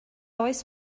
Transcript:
oes